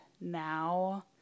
now